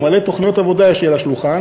מלא תוכניות עבודה יש לי על השולחן,